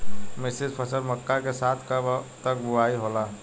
मिश्रित फसल मक्का के साथ कब तक बुआई होला?